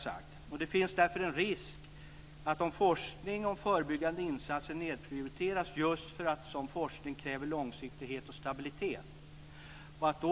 Det finns därför en risk att forskning om förebyggande insatser nedprioriteras just för att sådan forskning kräver långsiktighet och stabilitet.